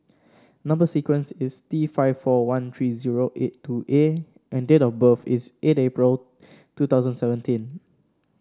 number sequence is T five four one three zero eight two A and date of birth is eight April two thousand seventeen